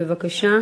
בבקשה.